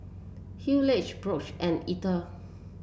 Hayleigh Brook and Eller